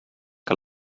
que